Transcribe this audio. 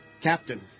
captain